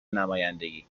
نمایندگی